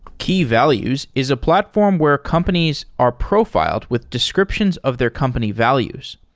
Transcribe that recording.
key values is a platform where companies are profiled with descriptions of their company values.